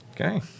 Okay